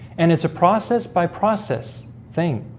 and it's a process by process thing